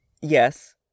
Yes